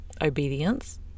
obedience